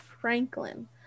Franklin